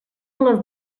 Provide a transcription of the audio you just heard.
les